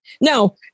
Now